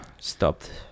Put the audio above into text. stopped